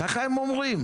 ככה הם אומרים.